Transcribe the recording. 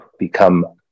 Become